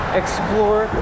explore